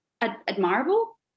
admirable